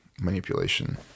manipulation